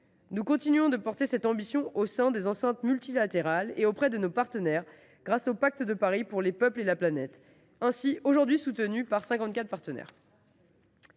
Nous continuons de porter cette ambition au sein des enceintes multilatérales et auprès de nos partenaires, grâce au pacte de Paris pour les peuples et la planète, aujourd’hui soutenu par cinquante quatre